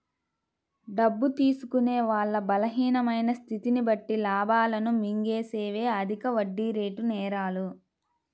డబ్బు తీసుకునే వాళ్ళ బలహీనమైన స్థితిని బట్టి లాభాలను మింగేసేవే అధిక వడ్డీరేటు నేరాలు